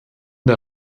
der